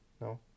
No